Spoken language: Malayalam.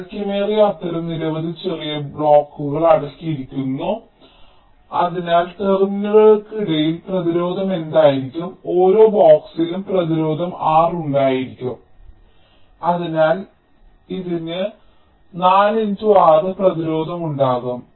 ദൈർഘ്യമേറിയ അത്തരം നിരവധി ചെറിയ ബോക്സുകൾ അടങ്ങിയിരിക്കുന്നു അതിനാൽ ടെർമിനലുകൾക്കിടയിൽ പ്രതിരോധം എന്തായിരിക്കും ഓരോ ബോക്സിലും പ്രതിരോധം R⧠ ഉണ്ടായിരിക്കും അതിനാൽ ഇതിന് 4 × R⧠ പ്രതിരോധം ഉണ്ടാകും